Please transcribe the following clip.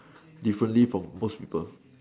differently from most people